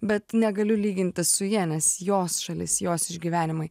bet negaliu lygintis su ja nes jos šalis jos išgyvenimai